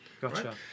gotcha